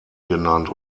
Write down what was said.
genannt